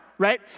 right